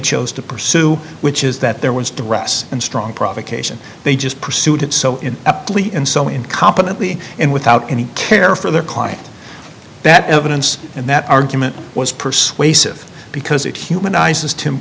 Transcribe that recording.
chose to pursue which is that there was to russ and strong provocation they just pursued it so in a plea and so incompetently and without any care for their client that evidence and that argument was persuasive because it humanizes t